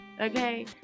Okay